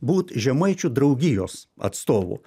būt žemaičių draugijos atstovu